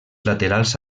laterals